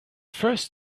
first